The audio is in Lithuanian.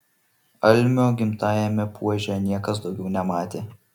almio gimtajame puože niekas daugiau nematė